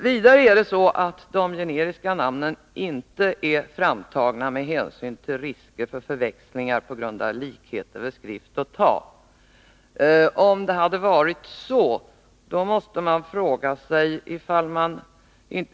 Vidare är de generiska namnen inte framtagna med hänsyn till risker för förväxlingar på grund av likheter i skrift och tal.